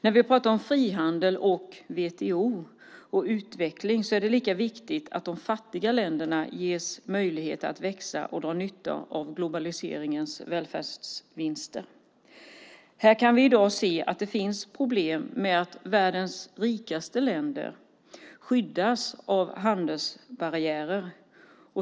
När vi pratar om frihandel, WTO och utveckling är det lika viktigt att de fattiga länderna ges möjlighet att växa och dra nytta av globaliseringens välfärdsvinster. Här kan vi i dag se att det finns problem med att världens rikaste länder skyddas av handelsbarriärer.